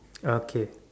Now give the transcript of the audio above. okay